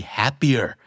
happier